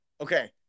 Okay